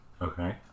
Okay